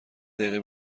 دقیقه